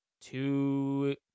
two